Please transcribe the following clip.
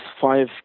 five